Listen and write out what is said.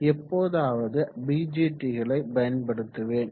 எப்போதாவது பிஜெற்றிகளை பயன்படுத்துவேன்